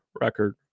record